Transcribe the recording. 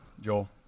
Joel